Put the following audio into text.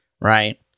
right